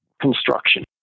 construction